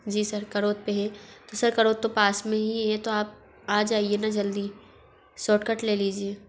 जी sir करोत पर है जी सर करोत तो पास मे ही है तो आप आ जाइए ना जल्दी शॉर्टकट ले लीजिए